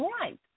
right